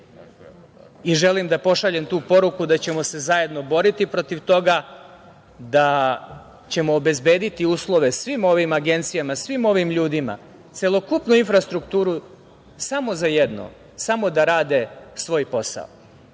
da pošaljem tu poruku da ćemo se zajedno boriti protiv toga, da ćemo obezbediti uslove svim ovim agencijama, svim ovim ljudima, celokupnu infrastrukturu, samo za jedno. Samo da rade svoj posao